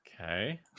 Okay